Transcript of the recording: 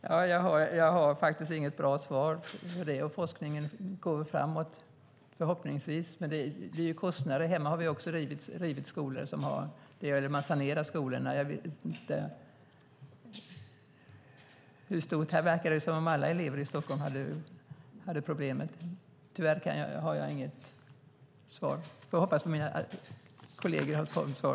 Herr talman! Jag har faktiskt inget bra svar på det. Forskningen går förhoppningsvis framåt. Det handlar ju om kostnader. Hemma har man också rivit eller sanerat skolor. Jag vet inte hur stort detta är. På det du säger, Jan Lindholm, verkar det som om alla elever i Stockholm skulle ha problem. Tyvärr har jag inget annat svar. Jag hoppas att mina kolleger kan ha ett svar.